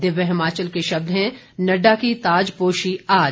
दिव्य हिमाचल के शब्द हैं नड्डा की ताजपोशी आज